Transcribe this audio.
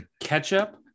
ketchup